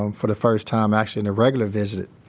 um for the first time actually in a regular visit,